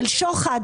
של שוחד.